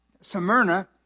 Smyrna